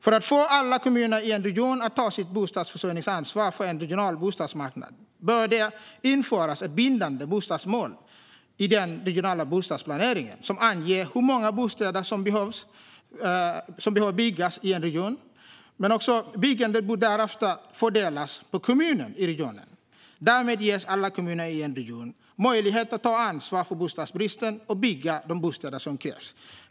För att få alla kommuner i en region att ta sitt bostadsförsörjningsansvar på en regional bostadsmarknad bör det införas ett bindande bostadsmål i den regionala bostadsplaneringen som anger hur många bostäder som behöver byggas i en region. Byggandet bör därefter fördelas på kommunerna i regionen. Därmed ges alla kommuner i en region möjlighet att ta ansvar för bostadsbristen och bygga de bostäder som krävs.